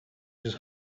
his